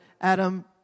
Adam